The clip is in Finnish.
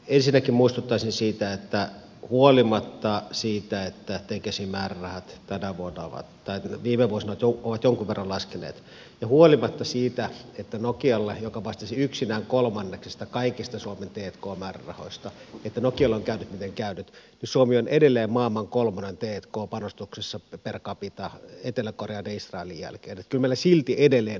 ensinnäkin muistuttaisin siitä että huolimatta siitä että tekesin määrärahat viime vuosina ovat jonkun verran laskeneet ja huolimatta siitä että nokialle joka vastasi yksinään kolmanneksesta kaikista suomen t k määrärahoista on käynyt miten on käynyt niin suomi on edelleen maailman kolmonen t k panostuksessa per capita etelä korean ja israelin jälkeen että kyllä meillä silti edelleen on hyvä tilanne